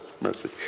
mercy